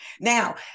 Now